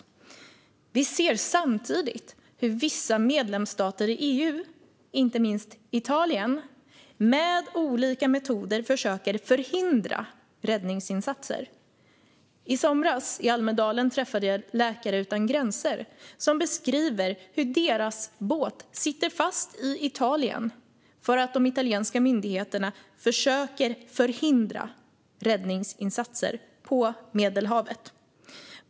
Men vi ser samtidigt hur vissa medlemsstater i EU, inte minst Italien, med olika metoder försöker förhindra räddningsinsatser. I somras i Almedalen träffade jag Läkare Utan Gränser, som beskriver hur deras båt sitter fast i Italien för att de italienska myndigheterna försöker förhindra räddningsinsatser på Medelhavet.